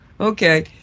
okay